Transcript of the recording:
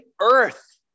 earth